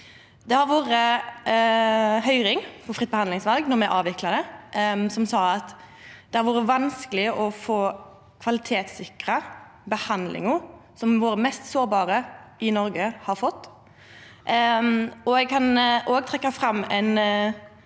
Det var høyring om fritt behandlingsval då me avvikla det, som viste at det har vore vanskeleg å få kvalitetssikra behandlinga som våre mest sårbare i Noreg har fått. Eg kan òg trekkja fram ei